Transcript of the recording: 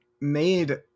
made